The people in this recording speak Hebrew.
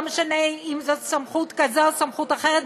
לא משנה אם זו סמכות כזו או סמכות אחרת,